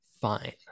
fine